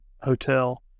hotel